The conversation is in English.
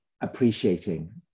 appreciating